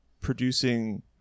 producing